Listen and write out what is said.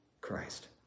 Christ